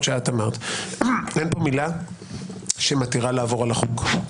שאת אמרת אין פה מילה שמתירה לעבור על החוק.